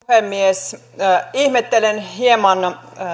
puhemies ihmettelen hieman